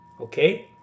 Okay